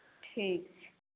ठीक छै